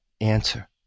answer